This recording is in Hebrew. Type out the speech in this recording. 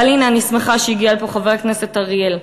הנה, אני שמחה שהגיע לפה חבר הכנסת אריאל,